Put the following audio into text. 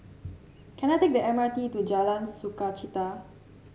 can I take the M R T to Jalan Sukachita